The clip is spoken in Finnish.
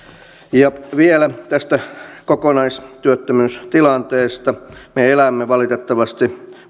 ja vielä tästä kokonaistyöttömyystilanteesta me elämme valitettavasti